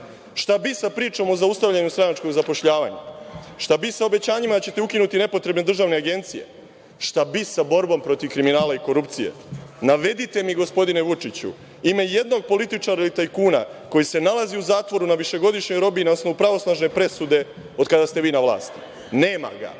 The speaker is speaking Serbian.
bi sa pričom o zaustavljanju stranačkog zapošljavanja? Šta bi sa obećanjima da ćete ukinuti nepotrebne državne agencije? Šta bi sa borbom protiv kriminala i korupcije? Navedite mi, gospodine Vučiću ime jednog političara i tajkuna koji se nalazi u zatvoru na višegodišnjoj robiji na osnovu pravosnažne presude, od kada ste vi na vlasti. Nema ga,